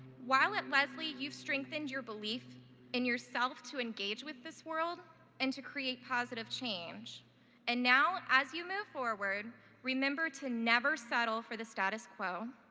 while at lesley, you've strengthened your belief in yourself to engage with this world and to create positive change and now as you move forward remember to never settle for the status quo.